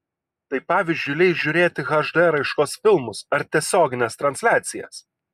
tai pavyzdžiui leis žiūrėti hd raiškos filmus ar tiesiogines transliacijas